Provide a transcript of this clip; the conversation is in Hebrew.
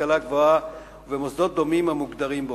להשכלה גבוהה ובמוסדות דומים המוגדרים בו.